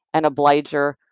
an obliger,